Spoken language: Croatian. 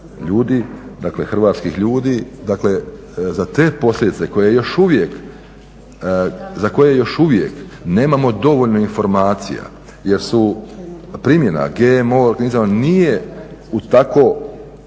ljudi, dakle ljudi, hrvatskih ljudi dakle za te posljedice za koje još uvijek nemamo dovoljno informacija jer su primjena GMO nije u tako